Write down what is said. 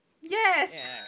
Yes